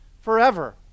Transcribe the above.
forever